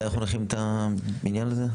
אתה יכול להכין את הבניין הזה?